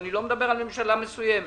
אני לא מדבר על ממשלה מסוימת